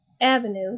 Avenue